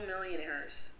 millionaires